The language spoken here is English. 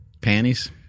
panties